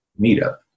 meetup